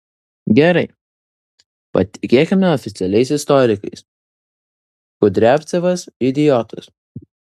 gerai patikėkime oficialiais istorikais kudriavcevas idiotas